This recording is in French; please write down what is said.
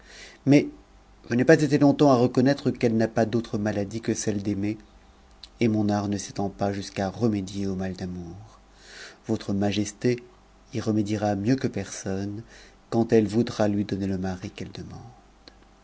mais je n'ai pas été longtemps à reconnaître g n'a pas d'autre maladie que celle d'aimer et mon art ne s'étend jusqu'à remédier au mal d'amour votre majesté y remédier mieux que personne quand elle voudra lui donner le mari qu'cttc